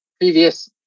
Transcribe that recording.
previous